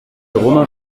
romain